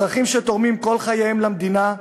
אזרחים שתורמים כל חייהם למדינה,